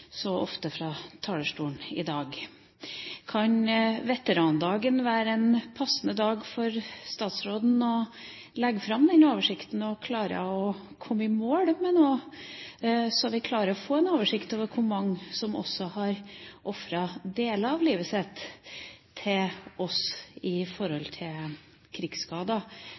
så ofte fra talerstolen i dag. Kan veterandagen være en passende dag for statsråden til å legge fram den oversikten? Klarer hun å komme i mål med noe, så vi kan få en oversikt over hvor mange som har ofret deler av livet sitt for oss i form av krigsskader